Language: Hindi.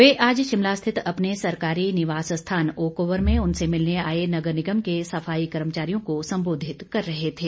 वे आज शिमला रिथित अपने सरकारी निवास स्थान ओकओवर में उनसे मिलने आए नगर निगम के सफाई कर्मचारियों को सम्बोधित कर रहे थे